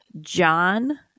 john